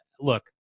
look